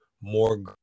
more